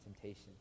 temptation